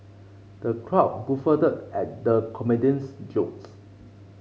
the crowd guffawed at the comedian's jokes